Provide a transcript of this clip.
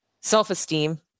self-esteem